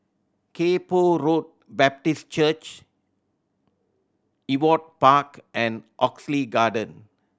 Kay Poh Road Baptist Church Ewart Park and Oxley Garden